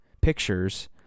pictures